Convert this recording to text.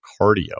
cardio